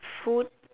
food